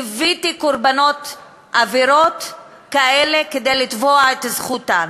ליוויתי קורבנות עבירות כאלה כדי לתבוע את זכותן.